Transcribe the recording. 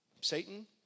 Satan